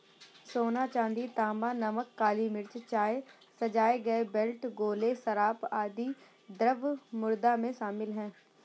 सोना, चांदी, तांबा, नमक, काली मिर्च, चाय, सजाए गए बेल्ट, गोले, शराब, आदि द्रव्य मुद्रा में शामिल हैं